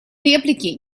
реплики